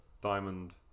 diamond